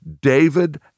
David